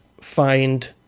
find